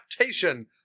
adaptation